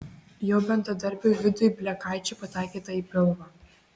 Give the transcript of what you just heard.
jo bendradarbiui vidui blekaičiui pataikyta į pilvą